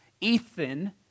Ethan